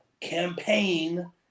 campaign